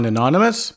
Anonymous